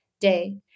day